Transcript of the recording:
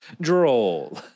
Droll